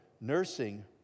nursing